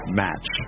match